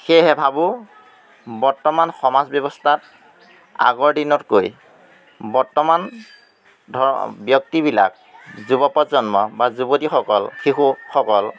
সেয়েহে ভাবোঁ বৰ্তমান সমাজ ব্যৱস্থাত আগৰ দিনতকৈ বৰ্তমান ব্যক্তিবিলাক যুৱ প্ৰজন্ম বা যুৱতীসকল শিশুসকল